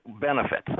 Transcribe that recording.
benefit